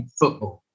football